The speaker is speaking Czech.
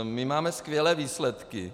My máme skvělé výsledky.